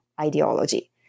ideology